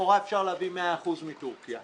לכאורה אפשר להביא 100% מטורקיה,